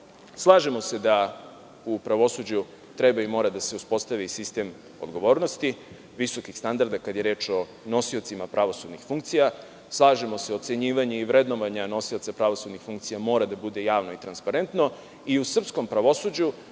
Slažemo se da u pravosuđu treba i mora da se uspostavi sistem odgovornosti visokih standarda, kada je reč o nosiocima pravosudnih funkcija. Slažemo se da ocenjivanjem i vrednovanje nosioca pravosudnih funkcija mora da bude javno i transparentno i u srpskom pravosuđu